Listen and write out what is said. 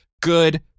Good